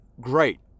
great